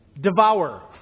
devour